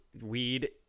weed